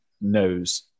knows